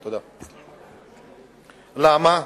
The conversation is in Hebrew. למה?